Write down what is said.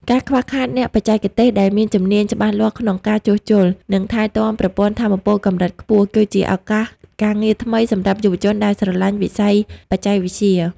ការខ្វះខាតអ្នកបច្ចេកទេសដែលមានជំនាញច្បាស់លាស់ក្នុងការជួសជុល និងថែទាំប្រព័ន្ធថាមពលកម្រិតខ្ពស់ គឺជាឱកាសការងារថ្មីសម្រាប់យុវជនដែលស្រឡាញ់វិស័យបច្ចេកវិទ្យា។